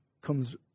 comes